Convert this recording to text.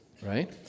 Right